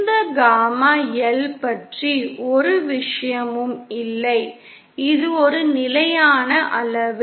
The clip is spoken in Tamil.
இந்த காமா L பற்றி ஒரு விஷயமும் இல்லை இது ஒரு நிலையான அளவு